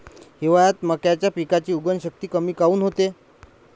हिवाळ्यात मक्याच्या पिकाची उगवन शक्ती कमी काऊन होते?